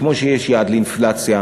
כמו שיש יעד לאינפלציה,